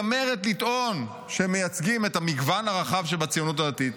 שמתיימרת לטעון שהם מייצגים את המגוון הרחב שבציונות הדתית?